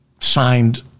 signed